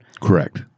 Correct